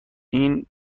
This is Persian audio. این